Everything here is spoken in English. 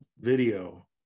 video